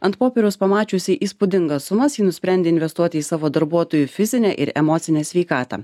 ant popieriaus pamačiusi įspūdingas sumas ji nusprendė investuoti į savo darbuotojų fizinę ir emocinę sveikatą